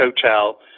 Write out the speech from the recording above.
hotel